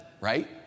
right